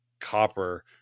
copper